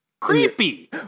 Creepy